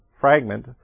fragment